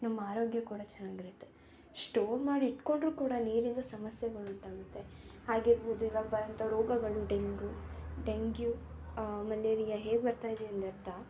ನಮ್ಮ ಆರೋಗ್ಯ ಕೂಡ ಚೆನ್ನಾಗಿರುತ್ತೆ ಸ್ಟೋರ್ ಮಾಡಿ ಇಟ್ಕೊಂಡರೂ ಕೂಡ ನೀರಿಂದು ಸಮಸ್ಯೆಗಳು ಉಂಟಾಗುತ್ತೆ ಆಗಿರ್ಬೋದು ಇವಾಗ ಬರುವಂಥ ರೋಗಗಳು ಡೆಂಗು ಡೆಂಗ್ಯು ಮಲೇರಿಯ ಹೇಗೆ ಬರ್ತಾಯಿದೆ ಅಂದರೆ ಅರ್ಧ